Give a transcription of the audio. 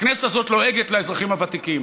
הכנסת הזאת לועגת לאזרחים הוותיקים,